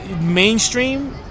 mainstream